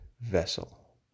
vessel